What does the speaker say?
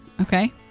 Okay